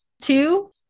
Two